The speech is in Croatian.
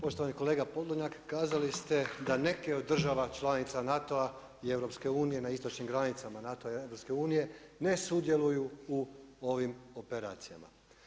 Poštovani kolega Podolnjak kazali ste da neke od država članica NATO-a i EU na istočnim granicama NATO i EU ne sudjeluju u ovim operacijama.